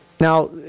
Now